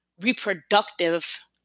reproductive